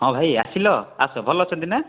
ହଁ ଭାଇ ଆସିଲ ଆସ ଭଲ ଅଛନ୍ତି ନା